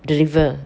deliver